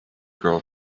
girl